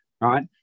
right